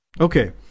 Okay